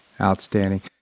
Outstanding